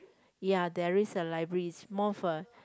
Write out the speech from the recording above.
ya there is a library it's more of a